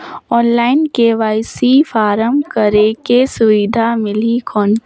Online KYC form करेके सुविधा मिली कौन?